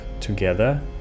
together